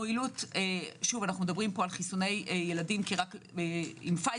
אנו מדברים על חיסוני ילדים עם פייזר